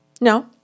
No